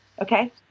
okay